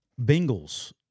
Bengals